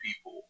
people